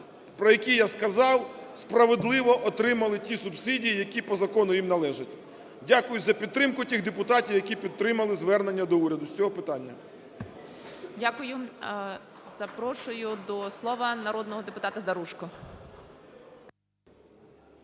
про які я сказав, справедливо отримали ті субсидії, які по закону їм належать. Дякую за підтримку тих депутатів, які підтримали звернення до уряду з цього питання. ГОЛОВУЮЧИЙ. Дякую. Запрошую до слова народного депутата Заружко.